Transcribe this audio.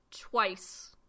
twice